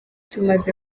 tumaze